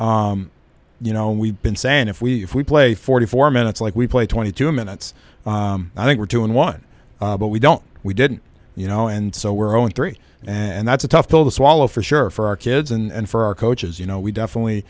d you know we've been saying if we if we play forty four minutes like we play twenty two minutes i think we're doing one but we don't we didn't you know and so we're in three and that's a tough pill to swallow for sure for our kids and for our coaches you know we definitely